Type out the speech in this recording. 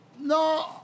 no